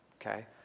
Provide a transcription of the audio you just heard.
okay